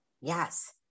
Yes